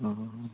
ओ